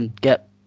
get